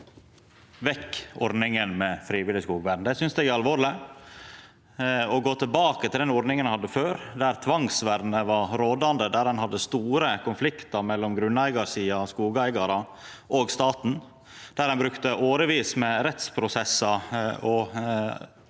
vekk ordninga med frivillig skogvern. Det synest eg er alvorleg. Ein ønskjer å gå tilbake til den ordninga ein hadde før, der tvangsvern var rådande, der ein hadde store konfliktar mellom grunneigarsida, skogeigarar og staten, der ein brukte årevis med rettsprosessar og